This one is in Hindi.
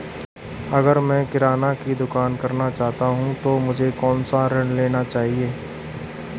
अगर मैं किराना की दुकान करना चाहता हूं तो मुझे कौनसा ऋण लेना चाहिए?